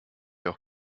auch